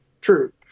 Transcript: True